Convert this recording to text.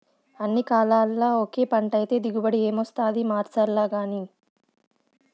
అన్ని కాలాల్ల ఒకే పంటైతే దిగుబడి ఏమొస్తాది మార్సాల్లగానీ